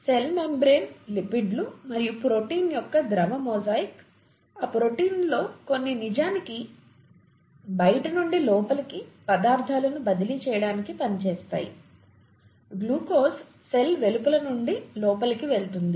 cell membrane లిపిడ్లు మరియు ప్రోటీన్ల యొక్క ద్రవ మొజాయిక్ ఆ ప్రోటీన్లలో కొన్ని నిజానికి బయటి నుండి లోపలికి పదార్థాలను బదిలీ చేయడానికి పనిచేస్తాయి గ్లూకోజ్ సెల్ వెలుపల నుండి లోపలికి వెళుతుంది